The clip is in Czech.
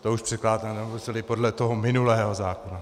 To už předkladatelé podle toho minulého zákona.